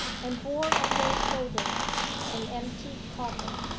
and bore on their shoulders an empty coffin,